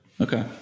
Okay